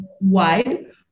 wide